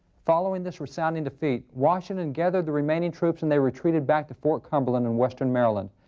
following this resounding defeat, washington gathered the remaining troops, and they retreated back to fort cumberland in western maryland.